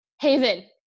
haven